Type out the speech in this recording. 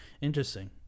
interesting